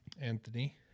Anthony